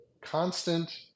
constant